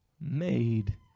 made